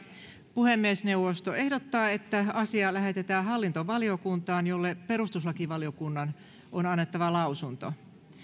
puhemiesneuvosto ehdottaa että asia lähetetään hallintovaliokuntaan jolle perustuslakivaliokunnan on annettava lausunto